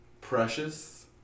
Precious